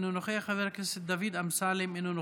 אינו נוכח,